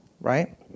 Right